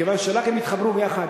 מכיוון שרק אם יתחברו יחד,